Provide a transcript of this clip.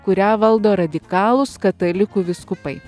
kurią valdo radikalūs katalikų vyskupai